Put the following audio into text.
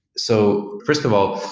so, first of all,